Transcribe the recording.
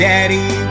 Daddy